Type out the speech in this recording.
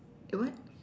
what